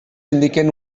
indiquen